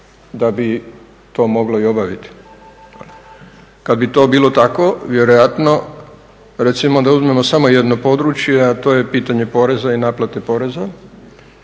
da bi to moglo i obaviti. Kada bi to bilo tako vjerojatno recimo da uzmemo samo jedno područje a to je pitanje poreza i naplate poreza